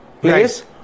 place